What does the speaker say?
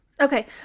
Okay